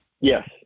Yes